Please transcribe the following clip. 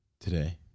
today